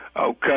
Okay